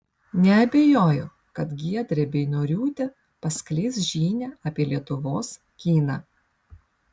neabejoju kad giedrė beinoriūtė paskleis žinią apie lietuvos kiną